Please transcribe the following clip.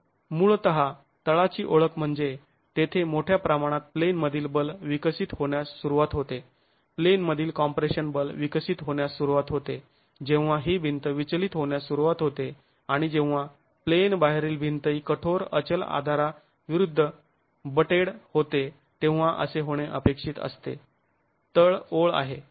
तर मुळतः तळाची ओळख म्हणजे तेथे मोठ्या प्रमाणात प्लेनमधील बल विकसित होण्यास सुरुवात होते प्लेनमधील कॉम्प्रेशन बल विकसित होण्यास सुरुवात होते जेव्हा ही भिंत विचलित होण्यास सुरुवात होते आणि जेव्हा प्लेनबाहेरील भिंतही कठोर अचल आधारा विरुद्ध बटेड होते तेव्हा असे होणे अपेक्षित असते तळ ओळ आहे